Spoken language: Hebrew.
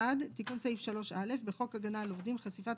תיקון סעיף 3א 1. בחוק הגנה על עובדים (חשיפת